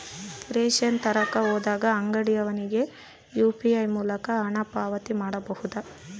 Ration ತರಕ ಹೋದಾಗ ಅಂಗಡಿಯವನಿಗೆ ಯು.ಪಿ.ಐ ಮೂಲಕ ಹಣ ಪಾವತಿ ಮಾಡಬಹುದಾ?